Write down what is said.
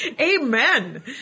Amen